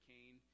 Cain